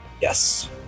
Yes